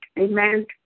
Amen